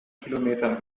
kilometern